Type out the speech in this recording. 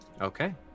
Okay